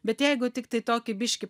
bet jeigu tiktai tokį biškį